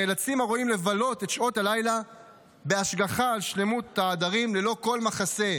נאלצים הרועים לבלות את שעות הלילה בהשגחה על שלמות העדרים ללא כל מחסה,